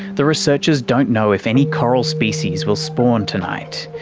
the researchers don't know if any coral species will spawn tonight.